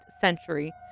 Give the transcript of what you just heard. century